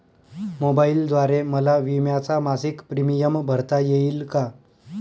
मोबाईलद्वारे मला विम्याचा मासिक प्रीमियम भरता येईल का?